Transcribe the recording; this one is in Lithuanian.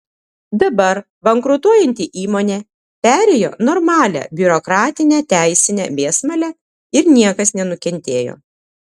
dabar bankrutuojanti įmonė perėjo normalią biurokratinę teisinę mėsmalę ir niekas nenukentėjo